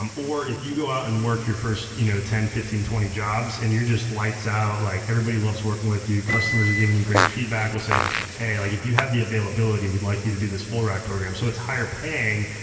um or if you go out and work your first you know ten, fifteen, twenty jobs and you're just lights out, like everybody loves working with you, customers are giving you great feedback, we'll say, hey, like if you have the availability, we'd like you to do this full ride program. so, it's higher paying,